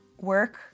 work